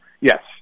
Yes